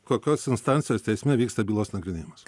kokios instancijos teisme vyksta bylos nagrinėjimas